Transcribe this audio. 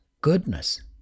goodness